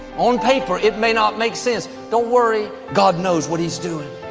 on paper it may not make sense. don't worry. god knows what he's doing